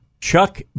Chuck